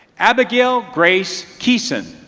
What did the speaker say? abigail grace keeson